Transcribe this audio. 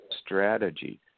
strategy